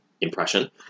impression